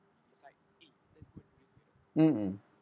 mm mm